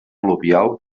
al·luvial